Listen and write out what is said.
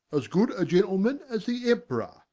as good a gentleman as the emperor